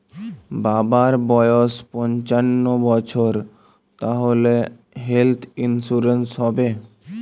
বাবার বয়স পঞ্চান্ন বছর তাহলে হেল্থ ইন্সুরেন্স হবে?